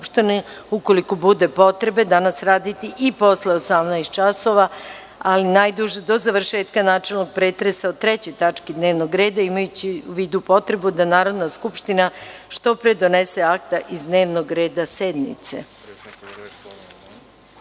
ukoliko bude potrebe danas raditi i posle 18,00 časova, najduže do završetka načelnog pretresa o trećoj tački dnevnog reda, imajući u vidu potrebu da Narodna skupština što pre donese akta iz dnevnog reda sednice. Na